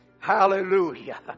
Hallelujah